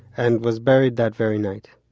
and was buried that very night.